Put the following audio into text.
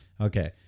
Okay